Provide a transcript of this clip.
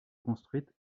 construite